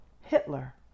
Hitler